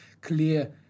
clear